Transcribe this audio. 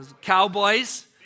Cowboys